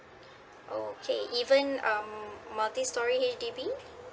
okay even um multi storey H_D_B